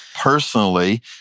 personally